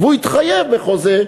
והוא התחייב בחוזה,